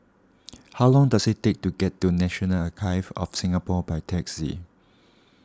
how long does it take to get to National Archives of Singapore by taxi